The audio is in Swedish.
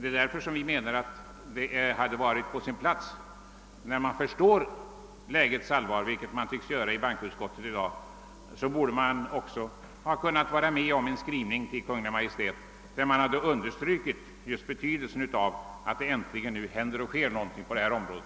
Det är därför som vi anser att det hade varit på sin plats att man, när man nu förstår lägets allvar — vilket bankoutskottet i dag tycks göra — hade gått med på en skrivelse till Kungl. Maj:t, där det hade understrukits betydelsen av att åtgärder äntligen vidtages.